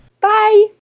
Bye